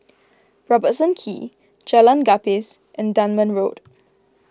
Robertson Quay Jalan Gapis and Dunman Road